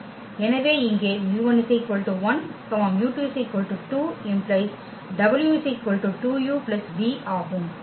எனவே இங்கே μ1 1 μ2 2 ⇒ w 2u v ஆகும்